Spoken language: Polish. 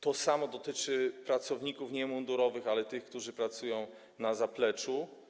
To samo dotyczy pracowników nie mundurowych, ale tych, którzy pracują na zapleczu.